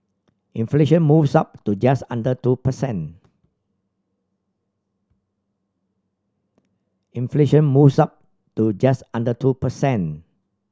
inflation moves up to just under two per cent